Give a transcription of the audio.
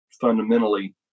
fundamentally